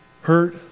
hurt